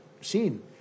seen